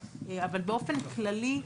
אבל באופן כללי,